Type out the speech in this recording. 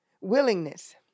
willingness